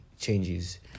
changes